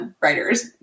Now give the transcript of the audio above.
writers